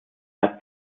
hat